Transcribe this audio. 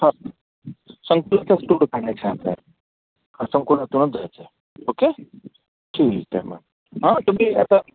हो संकुलाचाच टूर काढायचा आहे आपल्याला हा संंकुलातूनच जायचं आहे ओके ठीक आहे मग हा तुम्ही आता